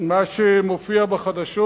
מה שמופיע בחדשות,